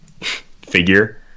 figure